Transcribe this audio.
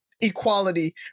equality